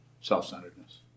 self-centeredness